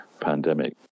pandemic